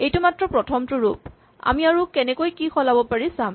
এইটো মাত্ৰ প্ৰথমটো ৰূপ আমি আৰু কেনেকৈ কি সলাব পাৰি চাম